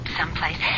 someplace